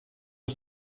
ist